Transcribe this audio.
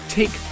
take